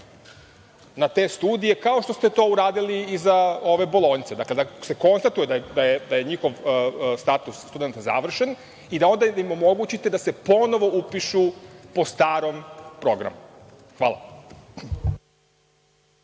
na te studije, kao što ste to uradili i za ovo bolonjce, dakle, da se konstatuje da je njihov status studenata završen i da im onda omogućite da se ponovo upišu po starom programu. Hvala.